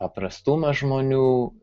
paprastumas žmonių